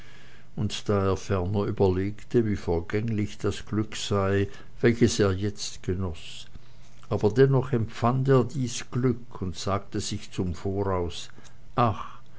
und da er ferner überlegte wie vergänglich das glück sei welches er jetzt genoß aber dennoch empfand er dies glück und sagte sich zum voraus ach